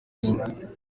rimwe